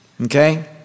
Okay